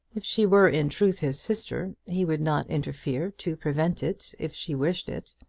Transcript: if she were in truth his sister he would not interfere to prevent it if she wished it.